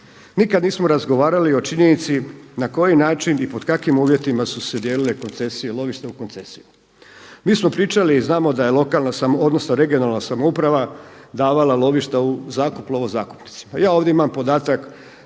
Nikad nismo razgovarali o činjenici na koji način i pod kakvim uvjetima su se dijelile koncesije, lovište u koncesije. Mi smo pričali i znamo da je lokalna, odnosno regionalna samouprava davala lovišta u zakup lovozakupnicima. Ja ovdje imam podatak